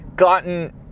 gotten